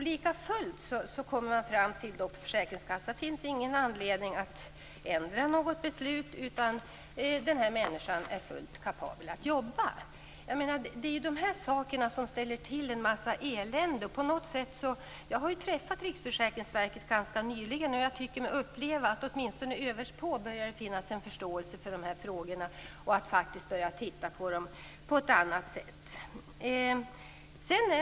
Likafullt kommer försäkringskassan fram till att det inte finns någon anledning att ändra något beslut. Människan är alltså fullt kapabel att jobba, anser försäkringskassan. Det är sådant här som ställer till en massa elände. Jag har träffat Riksförsäkringsverket ganska nyligen, och jag tycker mig uppleva att det åtminstone allra överst börjar finnas en förståelse för de här frågorna. Man börjar faktiskt se på dem på ett annat sätt.